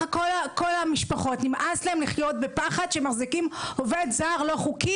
מכך שאנחנו מחזיקים עובד זר לא חוקי,